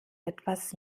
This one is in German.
etwas